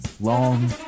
long